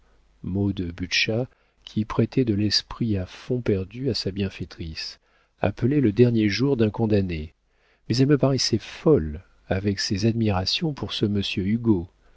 mot de butscha qui prêtait de l'esprit à fonds perdu à sa bienfaitrice appelée le dernier jour d'un condamné mais elle me paraissait folle avec ses admirations pour ce monsieur hugo